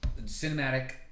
Cinematic